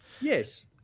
Yes